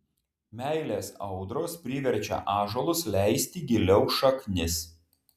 meilės audros priverčia ąžuolus leisti giliau šaknis